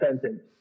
sentence